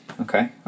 Okay